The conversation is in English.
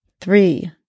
three